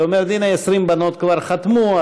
ואומר: הנה 20 בנות כבר חתמו,